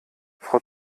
frau